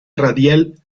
radial